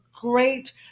great